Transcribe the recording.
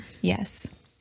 yes